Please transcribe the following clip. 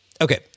Okay